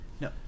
No